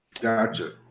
Gotcha